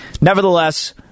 nevertheless